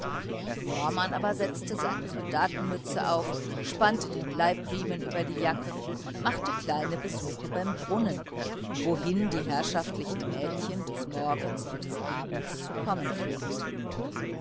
norman aber setzte seine soldatenmütze auf spannte den leibriemen über die jacke und machte kleine besuche beim brunnen wohin die herrschaftlichen mädchen des morgens und des abends zu kommen pflegten